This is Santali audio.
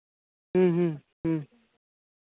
ᱦᱮᱸ ᱦᱮᱸ ᱦᱮᱸ